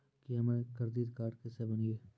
की हमर credit card केसे बनिये?